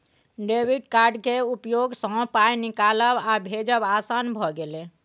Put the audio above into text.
debit card केर उपयोगसँ पाय निकालब आ भेजब आसान भए गेल